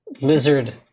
Lizard